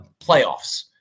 playoffs